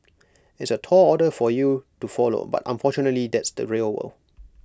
it's A tall order for you to follow but unfortunately that's the real world